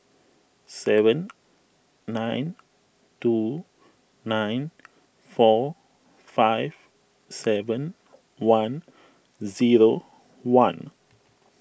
seven nine two nine four five seven one zero one